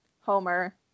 homer